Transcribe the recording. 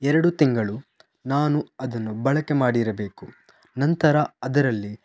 ಎರಡು ತಿಂಗಳು ನಾನು ಅದನ್ನು ಬಳಕೆ ಮಾಡಿರಬೇಕು ನಂತರ ಅದರಲ್ಲಿ